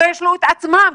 שלא ישלו את עצמם,